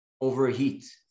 overheat